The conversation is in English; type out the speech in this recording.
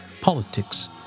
Politics